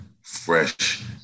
fresh